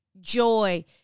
joy